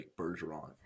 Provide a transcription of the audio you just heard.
Bergeron